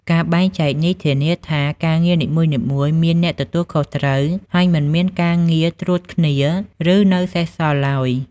ការបែងចែកនេះ ធានាថាការងារនីមួយៗមានអ្នកទទួលខុសត្រូវ ហើយមិនមានការងារត្រួតគ្នា ឬនៅសេសសល់ឡើយ។